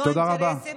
לא אינטרסים,